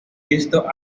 visto